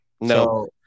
No